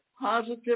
positive